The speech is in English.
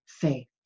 faith